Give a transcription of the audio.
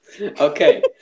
Okay